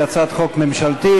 היא הצעת חוק ממשלתית,